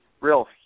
real